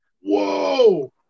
Whoa